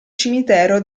cimitero